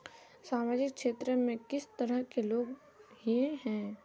सामाजिक क्षेत्र में किस तरह के लोग हिये है?